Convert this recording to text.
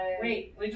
Wait